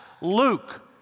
Luke